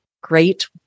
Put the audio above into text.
Great